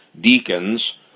deacons